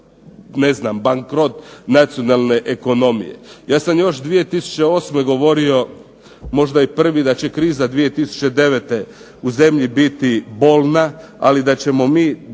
upravo bankrot nacionalne ekonomije. Ja sam još 2008. govorio možda i prvi da će kriza 2009. u zemlji biti bolna, ali da ćemo mi